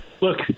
look